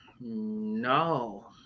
No